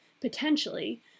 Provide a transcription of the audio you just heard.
potentially